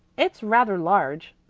it's rather large,